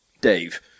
Dave